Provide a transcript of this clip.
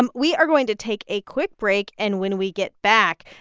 and we are going to take a quick break, and when we get back,